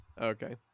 Okay